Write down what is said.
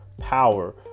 power